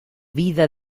vida